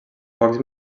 pocs